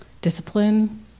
discipline